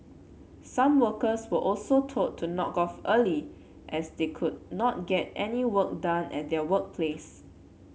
some workers were also told to knock off early as they could not get any work done at their workplace